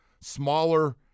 smaller